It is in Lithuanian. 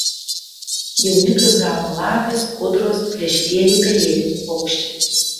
jauniklius gaudo lapės ūdros plėšrieji pelėdiniai paukščiai